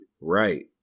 Right